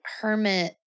hermit